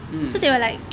mm